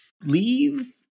leave